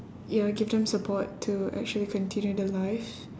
ya give them support to actually continue their lives